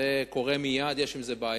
זה קורה מייד, יש עם זה בעיה.